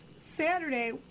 Saturday